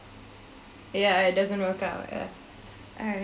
yeah it doesn't work out ya alright